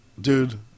Dude